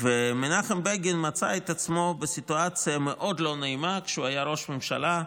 מנחם בגין מצא את עצמו בסיטואציה מאוד לא נעימה כשהוא היה ראש ממשלה,